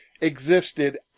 existed